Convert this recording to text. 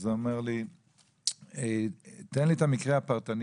אז הוא אמר לי שאני אתן לו את המקרה הפרטני,